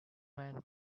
man